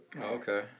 okay